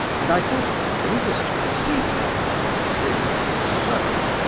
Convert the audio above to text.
and i thought it might interest you to see the young fellow, seeing that this is so.